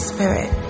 Spirit